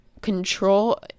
control